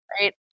right